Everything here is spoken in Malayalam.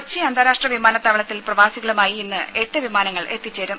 രുമ അന്താരാഷ്ട്ര കൊച്ചി വിമാനത്താവളത്തിൽ പ്രവാസികളുമായി ഇന്ന് എട്ട് വിമാനങ്ങൾ എത്തിച്ചേരും